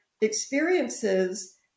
experiences